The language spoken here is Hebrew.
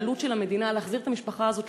והעלות למדינה של להחזיר את המשפחה הזאת